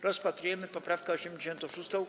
Rozpatrujemy poprawkę 86.